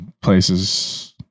places